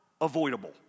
avoidable